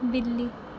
ਬਿੱਲੀ